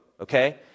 okay